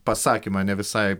pasakymą ne visai